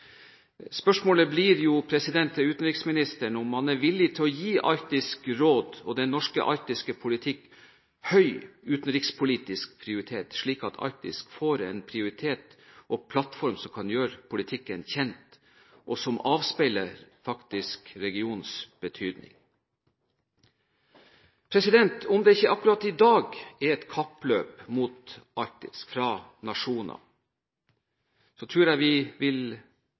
til utenriksministeren blir om han er villig til å gi Arktisk råd og den norske arktiske politikk høy utenrikspolitisk prioritet, slik at Arktis får en prioritet og plattform som kan gjøre politikken kjent, og som faktisk avspeiler regionens betydning? Om det ikke akkurat i dag er et kappløp mot Arktis fra nasjoner, tror jeg vi vil